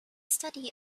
study